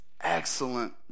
excellent